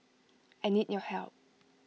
I need your help